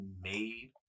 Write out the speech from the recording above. made